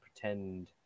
pretend